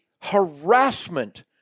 harassment